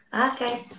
Okay